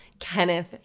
Kenneth